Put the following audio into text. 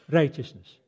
righteousness